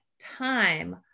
time